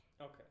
Okay